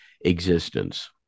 existence